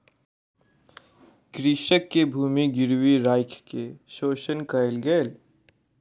कृषक के भूमि गिरवी राइख के शोषण कयल गेल